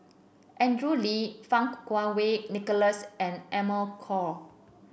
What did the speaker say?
Andrew Lee Fang Kuo Wei Nicholas and Amy Khor